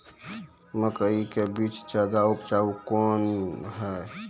मकई के बीज ज्यादा उपजाऊ कौन है?